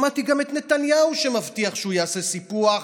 שמעתי גם את נתניהו מבטיח שהוא יעשה סיפוח.